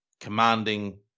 commanding